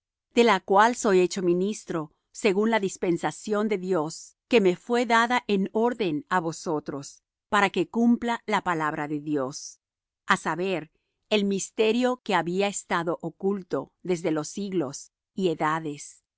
de la cual soy hecho ministro según la dispensación de dios que me fué dada en orden á vosotros para que cumpla la palabra de dios a saber el misterio que había estado oculto desde los siglos y edades